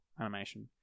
animation